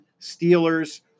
Steelers